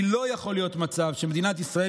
כי לא יכול להיות מצב שמדינת ישראל,